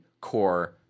core